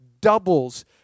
doubles